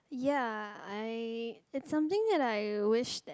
ya I it's something that I wish that